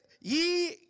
ye